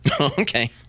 Okay